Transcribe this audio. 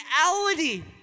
reality